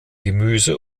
gemüse